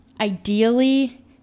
ideally